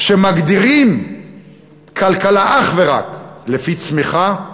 כשמגדירים כלכלה אך ורק לפי צמיחה,